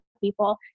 people